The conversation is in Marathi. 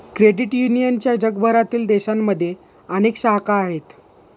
क्रेडिट युनियनच्या जगभरातील देशांमध्ये अनेक शाखा आहेत